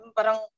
Parang